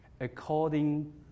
according